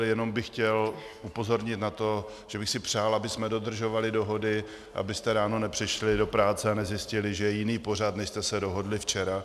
Jenom bych chtěl upozornit na to, že bych si přál, abychom dodržovali dohody, abyste ráno nepřišli do práce a nezjistili, že je jiný pořad, než jste se dohodli včera.